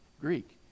Greek